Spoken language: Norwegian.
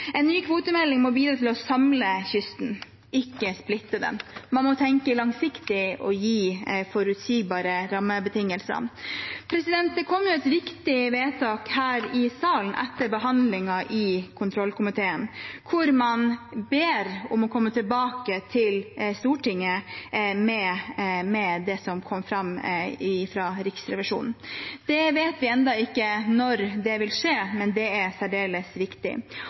En ny kvotemelding må bidra til å samle kysten, ikke splitte den. Man må tenke langsiktig og gi forutsigbare rammebetingelser. Det kom et viktig vedtak her i salen etter behandlingen i kontrollkomiteen, hvor man ber regjeringen om å komme tilbake til Stortinget med forslag til det som kom fram fra Riksrevisjonen. Vi vet ennå ikke når det vil skje, men det er særdeles viktig. Og så mener jeg at Arbeiderpartiet i denne saken har et viktig